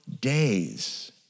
days